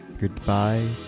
goodbye